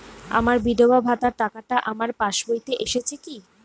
আমার বিধবা ভাতার টাকাটা আমার পাসবইতে এসেছে কি?